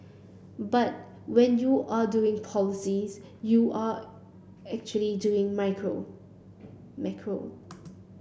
but when you are doing policies you are actually doing macro